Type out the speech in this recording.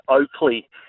Oakley